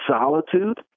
solitude